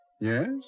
Yes